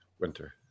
winter